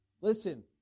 Listen